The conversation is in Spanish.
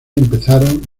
empezaron